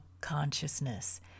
consciousness